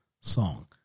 song